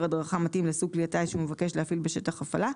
הדרכה מתאים לסוג כלי הטיס שהוא מבקש להפעיל בשטח הפעלה,